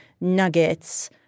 nuggets